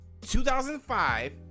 2005